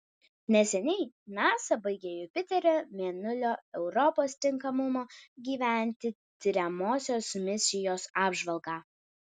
neseniai nasa baigė jupiterio mėnulio europos tinkamumo gyventi tiriamosios misijos apžvalgą